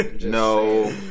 no